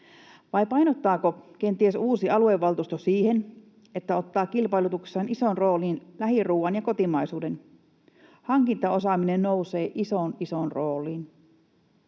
Vai painottaako uusi aluevaltuusto kenties siihen, että ottaa kilpailutuksessaan isoon rooliin lähiruoan ja kotimaisuuden? Hankintaosaaminen nousee isoon, isoon